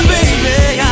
Baby